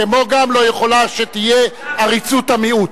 כמו גם לא יכול להיות שתהיה עריצות המיעוט.